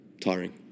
tiring